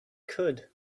could